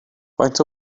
faint